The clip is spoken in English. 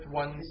one